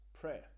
Prayer